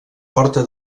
porta